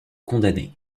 condamner